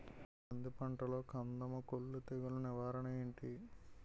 కంది పంటలో కందము కుల్లు తెగులు నివారణ ఏంటి?